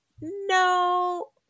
No